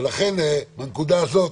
לכן בנקודה הזאת,